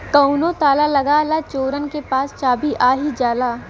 कउनो ताला लगा ला चोरन के पास चाभी आ ही जाला